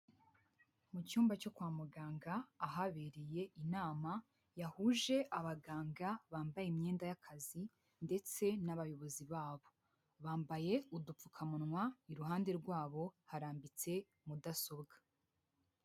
Mu cyumba cyo kwa muganga ahabereye inama yahuje abaganga bambaye imyenda y'akazi ndetse n'abayobozi babo, bambaye udupfukamunwa iruhande rwabo harambitse mudasobwa.